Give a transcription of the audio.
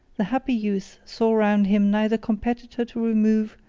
the happy youth saw round him neither competitor to remove,